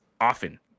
often